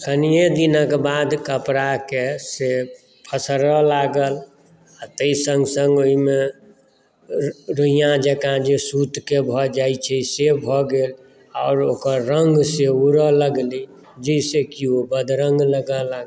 कनिये दिनक बाद कपड़ाके से फसरऽ लागल आ ताहि सङ्ग सङ्ग ओहिमे रोइया जकाँ जे सुतके भऽ जाइत छै से भऽ गेल आ ओकर रङ्ग से उड़ऽ लागलै जाहि सॅं कि ओ बदरङ्ग लागऽ लागल